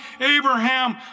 Abraham